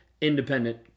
independent